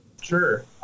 Sure